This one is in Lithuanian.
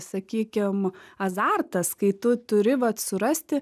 sakykim azartas kai tu turi vat surasti